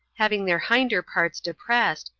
having their hinder parts depressed,